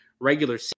regular